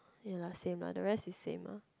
ya lah same lah the rest is same ah